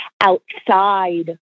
outside